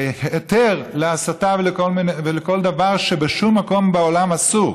היתר להסתה ולכל דבר שבכל מקום בעולם אסור.